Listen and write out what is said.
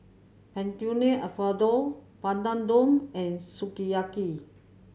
Fettuccine Alfredo Papadum and Sukiyaki